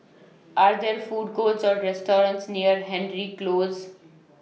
Are There Food Courts Or restaurants near Hendry Close